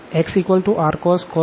તો xrcos અને yrsin